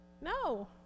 No